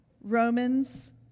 Romans